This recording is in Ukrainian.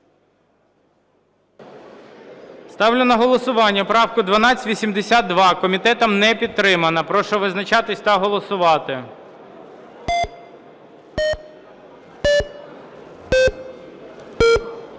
Ставлю на голосування правку 1282. Комітетом не підтримана. Прошу визначатись та голосувати.